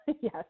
yes